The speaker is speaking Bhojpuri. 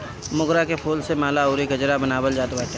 मोगरा के फूल से माला अउरी गजरा बनावल जात बाटे